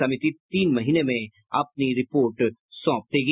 समिति तीन महीने में अपनी रिपोर्ट देगी